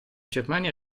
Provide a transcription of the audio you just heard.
germania